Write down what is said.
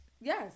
Yes